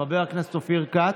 חבר הכנסת אופיר כץ,